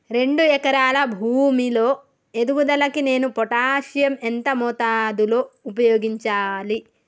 రెండు ఎకరాల భూమి లో ఎదుగుదలకి నేను పొటాషియం ఎంత మోతాదు లో ఉపయోగించాలి?